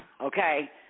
okay